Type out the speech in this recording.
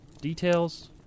details